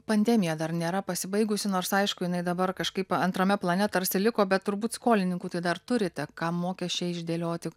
pandemija dar nėra pasibaigusi nors aišku jinai dabar kažkaip antrame plane tarsi liko bet turbūt skolininkų tai dar turite kam mokesčiai išdėlioti